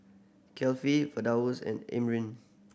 Kefli Firdaus and Amrin